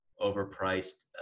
overpriced